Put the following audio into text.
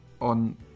on